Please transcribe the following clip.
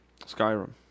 Skyrim